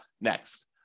next